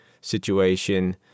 situation